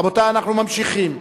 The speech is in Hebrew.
רבותי, אנחנו ממשיכים.